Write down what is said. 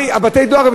את בתי-הדואר,